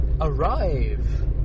arrive